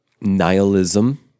nihilism